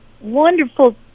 wonderful